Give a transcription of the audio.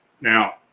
Now